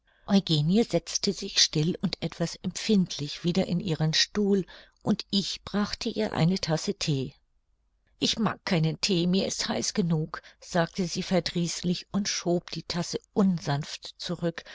eugenie setzte sich still und etwas empfindlich wieder in ihren stuhl und ich brachte ihr eine tasse thee ich mag keinen thee mir ist heiß genug sagte sie verdrießlich und schob die tasse unsanft zurück